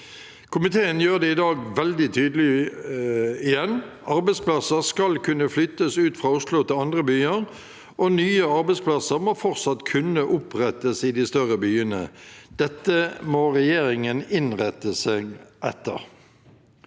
Komiteen gjør det i dag igjen veldig tydelig: Arbeidsplasser skal kunne flyttes ut fra Oslo til andre byer, og nye arbeidsplasser må fortsatt kunne opprettes i de større byene. Dette må regjeringen innrette seg etter.